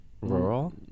rural